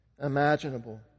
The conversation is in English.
imaginable